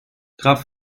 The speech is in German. graf